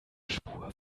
spur